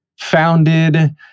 founded